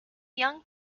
young